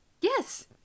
Yes